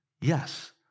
yes